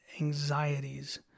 anxieties